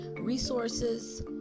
resources